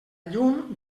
llum